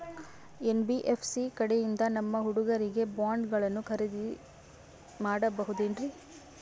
NBFC ಕಡೆಯಿಂದ ನಮ್ಮ ಹುಡುಗರಿಗೆ ಬಾಂಡ್ ಗಳನ್ನು ಖರೀದಿದ ಮಾಡಬಹುದೇನ್ರಿ?